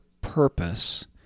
purpose